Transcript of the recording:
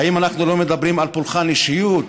האם אנחנו לא מדברים על פולחן אישיות?